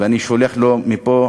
ואני שולח לו מפה